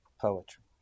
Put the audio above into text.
poetry